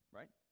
right